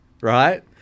right